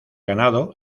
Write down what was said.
ganado